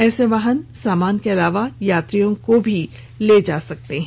ऐसे वाहन सामान के अलावा यात्रियों को भी ले जा सकते हैं